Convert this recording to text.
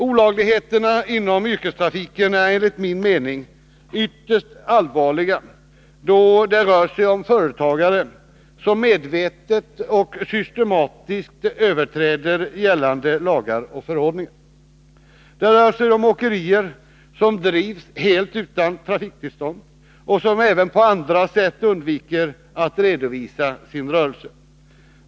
Olagligheterna inom yrkestrafiken är enligt min mening ytterst allvarliga, då det rör sig om företagare som medvetet och systematiskt överträder gällande lagar och förordningar. Det rör sig om åkerier som drivs helt utan trafiktillstånd och som även på andra sätt undviker att redovisa för rörelsen.